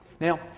Now